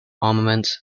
armaments